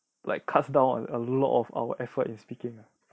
like cuts down on a lot of our effort in speaking